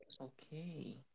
Okay